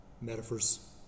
metaphors